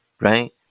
Right